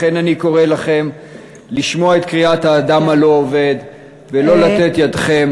לכן אני קורא לכם לשמוע את קריאת האדם הלא-עובד ולא לתת ידכם